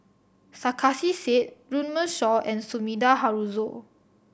Sarkasi Said Runme Shaw and Sumida Haruzo